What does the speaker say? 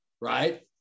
right